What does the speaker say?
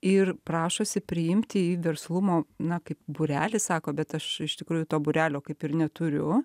ir prašosi priimti į verslumo na kaip būrelį sako bet aš iš tikrųjų to būrelio kaip ir neturiu